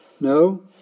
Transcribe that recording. No